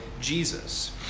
Jesus